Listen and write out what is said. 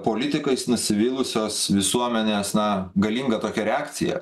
politikais nusivylusios visuomenės na galinga tokia reakcija